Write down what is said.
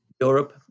europe